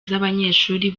z’abanyeshuri